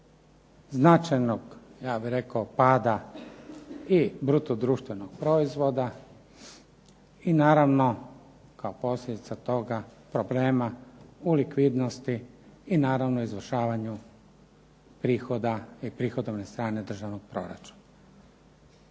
značajnog ja bih rekao pada i bruto društvenog proizvoda i naravno kao posljedica toga problema u likvidnosti i naravno izvršavanju prihoda i prihodovne strane državnog proračuna.